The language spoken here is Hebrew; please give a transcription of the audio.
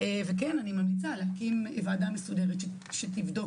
ואני כן ממליצה להקים ועדה מסודרת שתבדוק